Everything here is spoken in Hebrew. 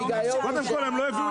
קודם כול, הם לא הביאו